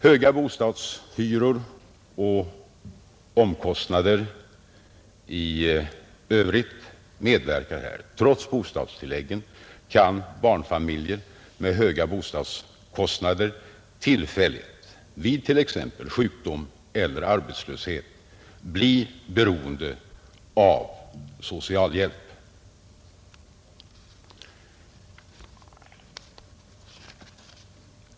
Höga bostadshyror och omkostnader i övrigt medverkar här. Trots bostadstilläggen kan barnfamiljer med höga bostadskostnader tillfälligt, vid t.ex. sjukdom eller arbetslöshet, bli beroende av socialhjälp.